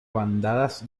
bandadas